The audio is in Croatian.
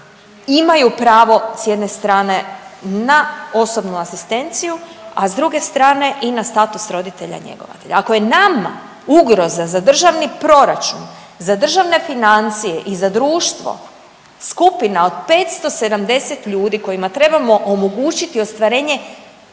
imaju pravo s jedne strane na osobnu asistenciju, a s druge strane i na status roditelja njegovatelja. Ako je nama ugroza za državni proračun, za državne financije i za društvo skupina od 570 ljudi kojima trebamo omogućiti ostvarenje